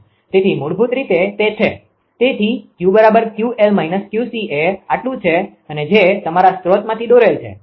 તેથી મૂળભૂત રીતે તે છે તેથી 𝑄𝑄𝑙 𝑄𝐶 એ આટલું છે અને જે તમારા સ્રોતમાંથી દોરેલ છે